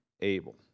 able